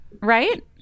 right